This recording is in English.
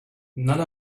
none